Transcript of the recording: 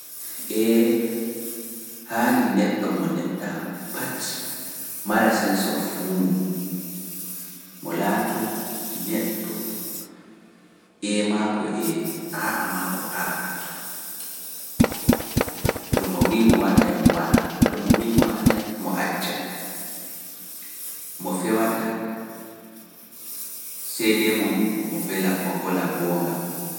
Ee haandi neɗɗo mo neɗɗaaku pat mara sense of humor, mo laatoo neɗɗo ee mako no ee, aa mako no aa, to mo wi’ ama mo waɗa mo waɗa, to mo wi’a ma mo ala mo acca, mo fewataa seedee mo vola goonga.